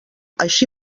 així